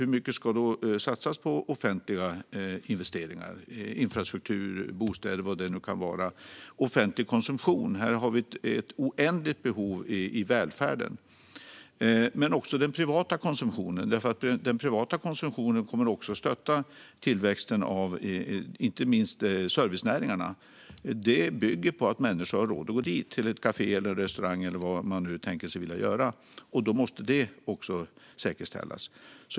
Hur mycket ska satsas på offentliga investeringar, infrastruktur, bostäder och så vidare - offentlig konsumtion? Här har vi ett oändligt behov i välfärden. Men det handlar också om den privata konsumtionen, eftersom den privata konsumtionen också kommer att stötta tillväxten inte minst i servicenäringarna. De bygger på att människor har råd att gå till ett kafé, en restaurang och så vidare. Då måste detta också säkerställas.